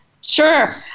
Sure